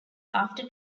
after